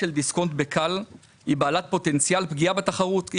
דיסקונט עם כאל בידיו, הריביות נמוכות יותר.